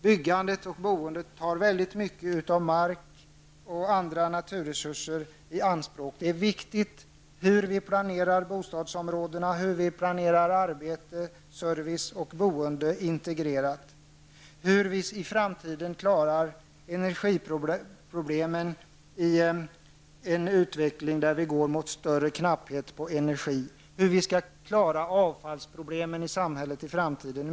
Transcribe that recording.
Byggandet och boendet tar väldigt mycket mark och andra naturresurser i anspråk. Det är viktigt hur vi planerar bostadsområdena och hur vi planerar arbete, service och boende integrerat. Det är viktigt hur vi i framtiden klarar energiproblemen i en utveckling där vi går mot knapphet på energi och hur vi skall klara avfallsproblemen i samhället i framtiden.